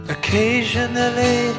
Occasionally